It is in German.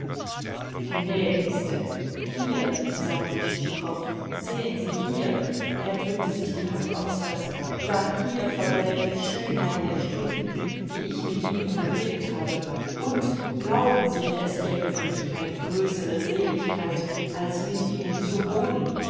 gnädigste hier sagte tschitschikow sehen sie hier er drückte sich die hand aufs herz ja hier verbleibt die schönheit der stunden die ich mit ihnen verlebt habe und glauben sie mir es gäbe für mich keine größere seligkeit als mit ihnen zu wohnen